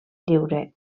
lliure